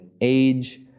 age